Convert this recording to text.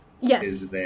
Yes